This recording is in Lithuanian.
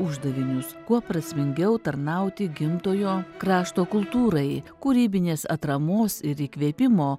uždavinius kuo prasmingiau tarnauti gimtojo krašto kultūrai kūrybinės atramos ir įkvėpimo